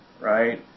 right